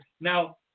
Now